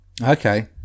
Okay